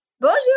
Bonjour